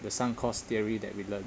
the sunk cost theory that we learn